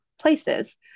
places